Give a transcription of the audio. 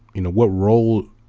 you know, what role,